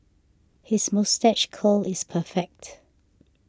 his moustache curl is perfect